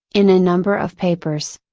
in a number of papers.